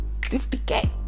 50k